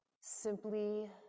simply